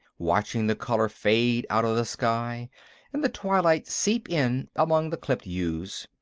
watching the color fade out of the sky and the twilight seep in among the clipped yews.